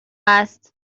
است